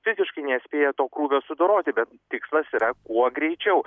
fiziškai nespėja to krūvio sudoroti bet tikslas yra kuo greičiau